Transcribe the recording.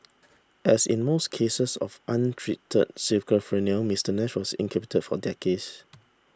as in most cases of untreated schizophrenia Mister Nash was incapacitated for decades